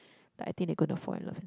I think they gonna fall in love